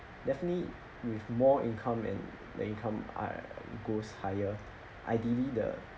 definitely with more income and the income err goes higher ideally the